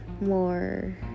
more